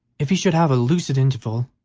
if he should have a lucid interval,